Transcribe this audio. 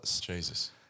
Jesus